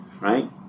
right